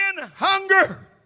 hunger